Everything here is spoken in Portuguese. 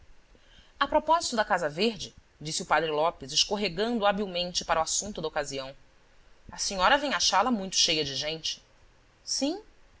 a propósito de casa verde disse o padre lopes escorregando habilmente para o assunto da ocasião a senhora vem achá-la muito cheia de gente sim